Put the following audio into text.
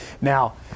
Now